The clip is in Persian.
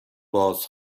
باز